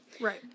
Right